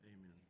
amen